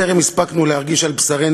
טרם הספקנו להרגיש על בשרנו,